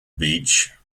beach